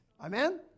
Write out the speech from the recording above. Amen